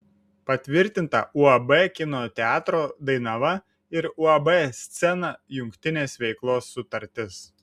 patvirtinta uab kino teatro dainava ir uab scena jungtinės veiklos sutartis